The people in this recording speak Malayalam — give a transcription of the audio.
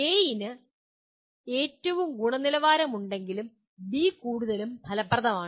A ക്ക് ഏറ്റവും ഉയർന്ന ഗുണനിലവാരമുണ്ടെങ്കിലും B കൂടുതൽ ഫലപ്രദമാണ്